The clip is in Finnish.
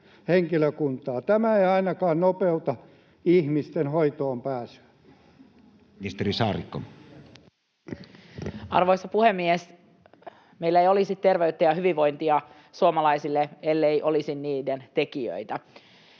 Tämä ei ainakaan nopeuta ihmisten hoitoonpääsyä. Ministeri Saarikko. Arvoisa puhemies! Meillä ei olisi terveyttä ja hyvinvointia suomalaisille, ellei olisi niiden tekijöitä.